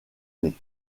nés